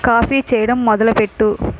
coffee చేయడం మొదలుపెట్టు